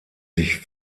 sich